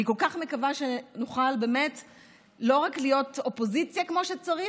אני כל כך מקווה שנוכל להיות לא רק אופוזיציה כמו שצריך,